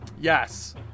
yes